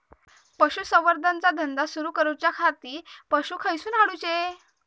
पशुसंवर्धन चा धंदा सुरू करूच्या खाती पशू खईसून हाडूचे?